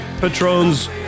patrons